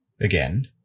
again